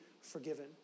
forgiven